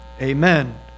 amen